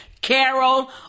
Carol